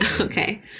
Okay